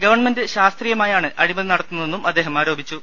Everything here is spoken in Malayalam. ഗവൺമെന്റ് ശാസ്ത്രീയമായാണ് അഴിമതി നടത്തുന്നതെന്നും അദ്ദേഹം ആരോപിച്ചു